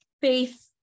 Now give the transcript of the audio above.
Faith